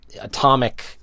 atomic